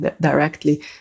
directly